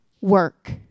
work